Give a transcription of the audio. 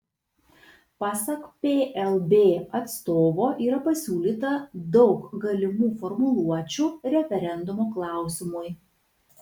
pasak plb atstovo yra pasiūlyta daug galimų formuluočių referendumo klausimui